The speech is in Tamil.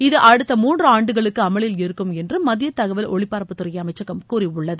இது அடுத்த மூன்று அண்டுகளுக்கு அமலில் இருக்கும் என்று மத்திய தகவல் ஒலிபரப்புத்துறை அமைச்சகம் கூறியுள்ளது